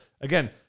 again